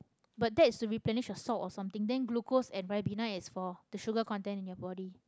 but that is to replenish the salt or something then glucose and ribena is for the sugar content in your body